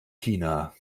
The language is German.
china